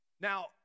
Now